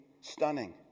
stunning